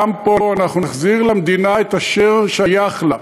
גם פה אנחנו נחזיר למדינה את אשר שייך לה.